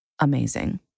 amazing